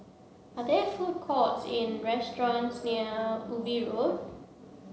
are there food courts in restaurants near Ubi Road